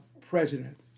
president